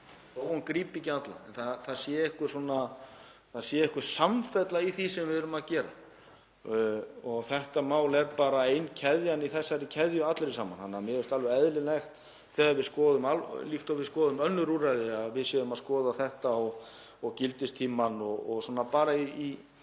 það sé einhver samfella í því sem við erum að gera. Þetta mál er bara ein keðjan í þessari keðju allri saman. Þannig að mér finnst alveg eðlilegt, líkt og við skoðum önnur úrræði, að við séum að skoða þetta og gildistímann og svona bara í